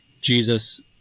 Jesus